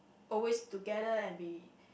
always together and be